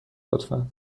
لطفا